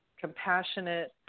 compassionate